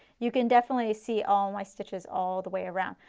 you can definitely see all my stitches all the way around,